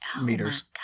meters